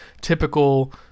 Typical